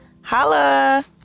Holla